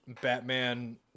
Batman